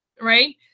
right